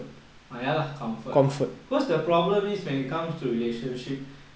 ah ya lah comfort cause the problem is when it comes to relationship